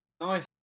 Nice